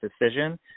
decision